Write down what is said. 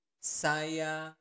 saya